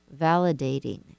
validating